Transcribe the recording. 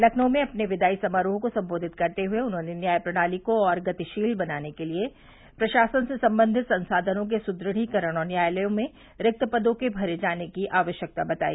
लखनऊ में अपने विदाई समारोह को संबोधित करते हुए उन्होंने न्याय प्रणाली को और गतिशील बनाने के लिए प्रशासन से संबंधित संसाधनों के सुदृढ़ीकरण और न्यायालयों में रिक्त पदों के भरे जाने की आवश्यकता बताई